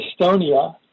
estonia